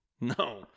No